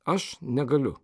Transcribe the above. aš negaliu